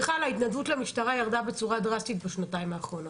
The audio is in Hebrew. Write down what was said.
בכלל ההתנדבות למשטרה ירדה בצורה דרסטית בשנתיים האחרונות,